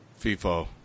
FIFO